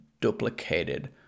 duplicated